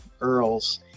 earls